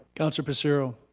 councilor passero.